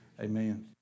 Amen